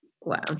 Wow